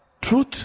truth